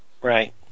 Right